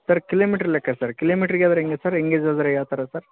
sir kilometre ಲೆಕ್ಕ sir ಕಿಲೋಮೀಟ್ರಿಗೆ ಆದರೆ ಹೆಂಗೆ ಸರ್ ಎಂಗೇಜ್ ಆದರೆ ಯಾವ ಥರ ಸರ್